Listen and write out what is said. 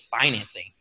financing